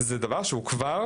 זה דבר שהוא כבר